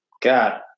God